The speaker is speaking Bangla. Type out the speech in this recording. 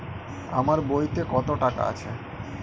আমার বইতে কত টাকা আছে?